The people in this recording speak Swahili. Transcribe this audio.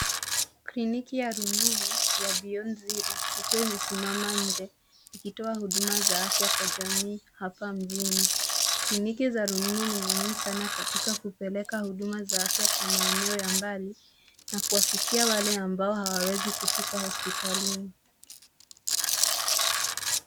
Kliniki ya rununu ya Beyond Zero ikiwa imesimama nje ikitoa huduma za afya kwa jamii hapa mjini. Kliniki za rununu ni muhimu sana katika kupeleka huduma za afya kwa maeneo ya mbali na kuwafikia wale ambao hawawezi kufika hospitalini.